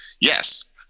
Yes